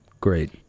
Great